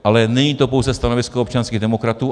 Ale není to pouze stanovisko občanských demokratů.